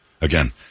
Again